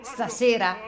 Stasera